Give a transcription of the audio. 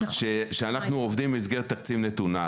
כשאנחנו עובדים במסגרת תקציב נתונה.